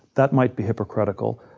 that might be hypocritical.